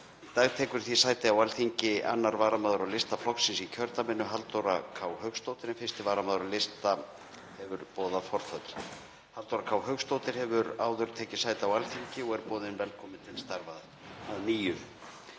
dag tekur því sæti á Alþingi 2. varamaður á lista flokksins í kjördæminu, Halldóra K. Hauksdóttir, en 1. varamaður á lista hefur boðað forföll. Halldóra K. Hauksdóttir hefur áður tekið sæti á Alþingi og er boðin velkomin til starfa að nýju.